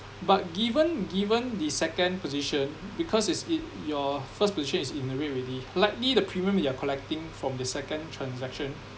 but given given the second position because it's it your first position is in the red already likely the premium you are collecting from the second transaction